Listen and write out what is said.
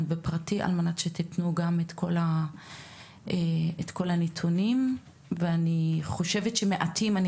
באופן פרטי על מנת שתתננו את כל הנותנים ואני חושבת שמעטות הפעמים שבהן